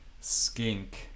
Skink